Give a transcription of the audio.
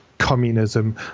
communism